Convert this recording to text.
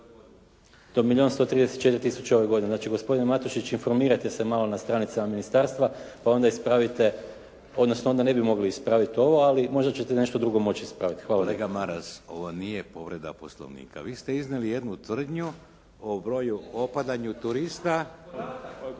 134 tisuće ove godine. Znači, gospodine Matušić informirajte se malo na stranicama ministarstva, pa onda ispravite, odnosno onda ne bi mogli ispraviti ovo, ali možda ćete nešto drugo moći ispraviti. Hvala. **Šeks, Vladimir (HDZ)** Kolega Maras, ovo nije povreda Poslovnika. Vi ste iznijeli jednu tvrdnju o opadanju turista.